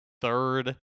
third